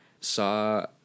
saw